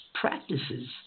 practices